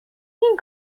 این